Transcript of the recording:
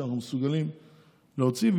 שאנחנו מסוגלים להוציא שם,